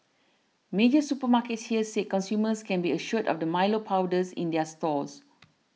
major supermarkets here said consumers can be assured of the Milo powder in their stores